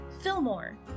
Fillmore